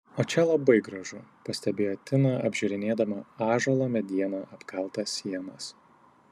o čia labai gražu pastebėjo tina apžiūrinėdama ąžuolo mediena apkaltas sienas